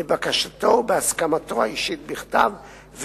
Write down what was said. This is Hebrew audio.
לבקשתו או בהסכמתו האישית בכתב,